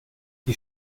die